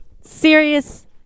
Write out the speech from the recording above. Serious